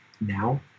now